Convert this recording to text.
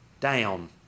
down